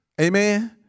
Amen